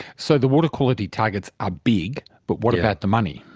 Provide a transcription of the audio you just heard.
so the water quality targets are big. but what about the money?